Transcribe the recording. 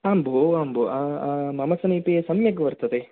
आं भोः आं भो मम समीपे सम्यग् वर्तते